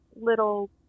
little